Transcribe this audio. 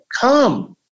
come